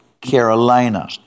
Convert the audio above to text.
Carolina